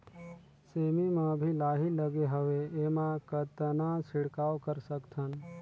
सेमी म अभी लाही लगे हवे एमा कतना छिड़काव कर सकथन?